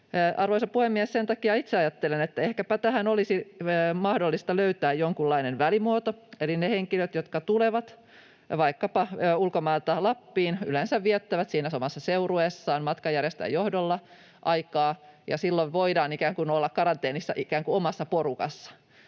Arvoisa puhemies! Sen takia itse ajattelen, että ehkäpä tähän olisi mahdollista löytää jonkunlainen välimuoto, eli ne henkilöt, jotka vaikkapa tulevat ulkomailta Lappiin, yleensä viettävät aikaa siinä samassa seurueessaan matkanjärjestäjän johdolla, ja silloin voidaan ikään kuin olla karanteenissa omassa porukassa.